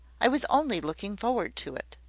i was only looking forward to it.